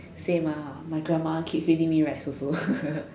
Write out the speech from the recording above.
same ah my grandma keep feeding me rice also